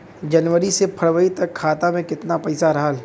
जनवरी से फरवरी तक खाता में कितना पईसा रहल?